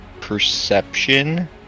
perception